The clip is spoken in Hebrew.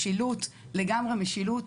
משילות, לגמרי משילות.